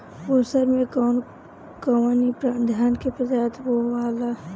उसर मै कवन कवनि धान के प्रजाति बोआला?